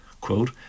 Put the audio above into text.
quote